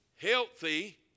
healthy